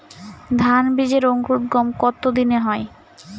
ধান বীজের অঙ্কুরোদগম কত দিনে হয়?